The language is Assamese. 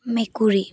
মেকুৰী